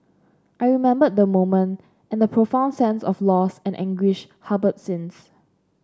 I remember the moment and the profound sense of loss and anguish harboured since